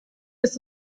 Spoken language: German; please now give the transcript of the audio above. ist